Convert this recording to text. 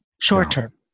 short-term